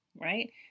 Right